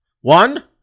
One